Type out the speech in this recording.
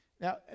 Now